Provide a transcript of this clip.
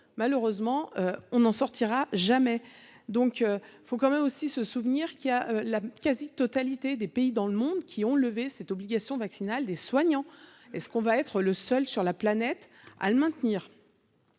malheureusement on n'en sortira jamais, donc il faut quand même aussi se souvenir qu'il y a la quasi-totalité des pays dans le monde qui ont levé cette obligation vaccinale des soignants et ce qu'on va être le seul sur la planète à le maintenir.